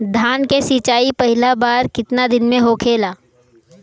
धान के सिचाई पहिला बार कितना दिन पे होखेला?